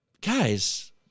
Guys